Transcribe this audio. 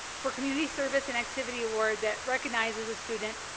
for community service and activity award that recognizes a student,